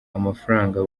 amafaranga